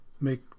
make